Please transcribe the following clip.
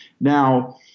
Now